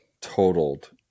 totaled